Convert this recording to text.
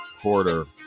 quarter